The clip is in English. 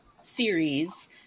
series